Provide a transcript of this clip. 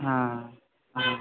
ಹಾಂ ಹಾಂ